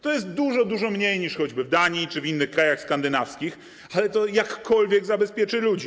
To jest dużo, dużo mniej niż choćby w Danii czy w innych krajach skandynawskich, ale to jakkolwiek zabezpieczy ludzi.